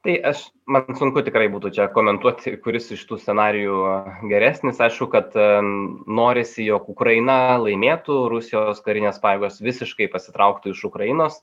tai aš man sunku tikrai būtų čia komentuoti kuris iš tų scenarijų geresnis aišku kad norisi jog ukraina laimėtų rusijos karinės pajėgos visiškai pasitrauktų iš ukrainos